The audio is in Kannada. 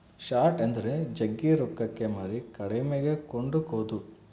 ಶಾರ್ಟ್ ಎಂದರೆ ಜಗ್ಗಿ ರೊಕ್ಕಕ್ಕೆ ಮಾರಿ ಕಡಿಮೆಗೆ ಕೊಂಡುಕೊದು